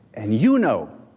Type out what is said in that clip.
and you know